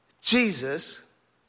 Jesus